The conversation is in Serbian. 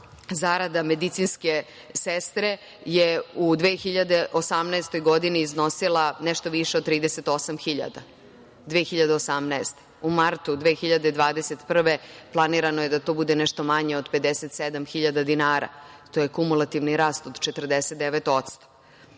zarada medicinske sestre je u 2018. godini iznosila nešto više od 38.000 dinara, u martu 2021. godine planirano je da to bude nešto manje od 57.000 dinara. To je kumulativni rast od 49%.